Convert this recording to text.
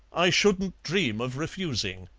i shouldn't dream of refusing.